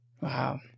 Wow